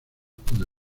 pude